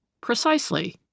Precisely